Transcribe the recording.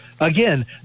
Again